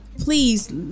please